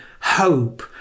hope